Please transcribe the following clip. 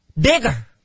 bigger